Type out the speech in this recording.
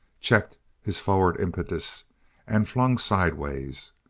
checked his forward impetus and flung sidewise.